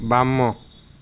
ବାମ